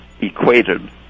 equated